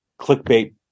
clickbait